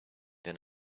than